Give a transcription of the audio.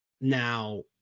Now